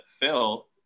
Phil